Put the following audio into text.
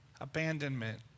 Abandonment